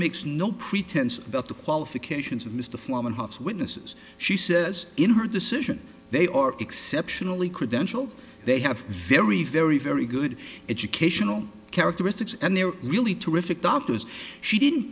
makes no pretense about the qualifications of mr foreman huffs witnesses she says in her decision they are exceptionally credential they have very very very good educational characteristics and they're really terrific doctors she didn't